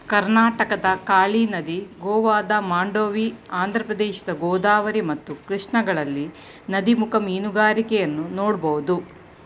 ಕರ್ನಾಟಕದ ಕಾಳಿ ನದಿ, ಗೋವಾದ ಮಾಂಡೋವಿ, ಆಂಧ್ರಪ್ರದೇಶದ ಗೋದಾವರಿ ಮತ್ತು ಕೃಷ್ಣಗಳಲ್ಲಿ ನದಿಮುಖ ಮೀನುಗಾರಿಕೆಯನ್ನು ನೋಡ್ಬೋದು